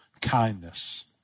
kindness